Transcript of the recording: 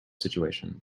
situations